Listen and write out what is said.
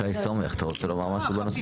שי סומך, אתה רוצה לומר משהו בנושא?